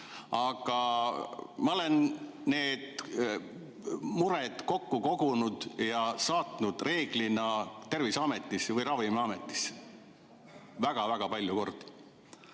Aga ma olen need mured kokku kogunud ja saatnud Terviseametisse või Ravimiametisse, väga-väga palju kordi,